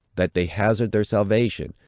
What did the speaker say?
that they hazard their salvation,